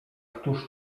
któż